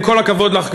עם כל הכבוד לך,